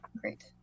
great